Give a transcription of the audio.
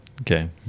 okay